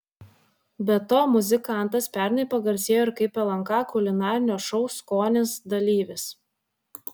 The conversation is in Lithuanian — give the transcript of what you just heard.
be to muzikantas pernai pagarsėjo ir kaip lnk kulinarinio šou skonis dalyvis